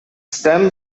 stems